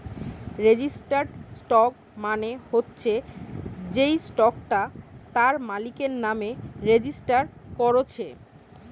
registered stock মানে হচ্ছে যেই স্টকটা তার মালিকের নামে রেজিস্টার কোরছে